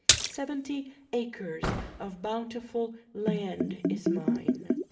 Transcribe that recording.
seventy acres of bountiful land is mine.